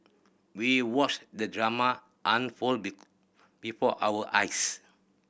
we watched the drama unfold be before our eyes